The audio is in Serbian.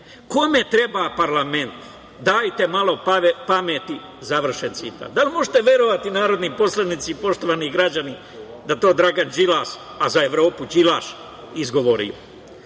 Kome treba parlament, dajte malo pameti?“, završen citat. Da li možete verovati, narodni poslanici i poštovani građani, da je to Dragan Đilas, a za Evropu Đilaš, izgovorio?